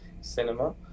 cinema